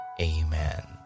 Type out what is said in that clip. Amen